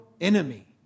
enemy